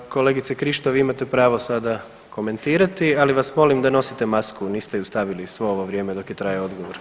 Kolegice Krišto vi imate pravo sada komentirati, ali vas molim da nosite masku, niste ju stavili svo ovo vrijeme dok je trajao odgovor.